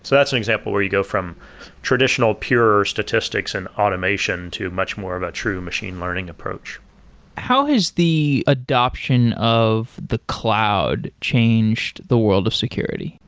so that's an example where you go from traditional pure statistics and automation to much more of a true machine learning approach how has the adoption of the cloud changed the world of security?